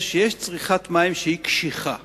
שיש צריכת מים שהיא קשיחה.